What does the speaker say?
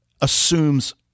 assumes